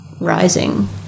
rising